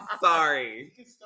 sorry